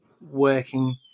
working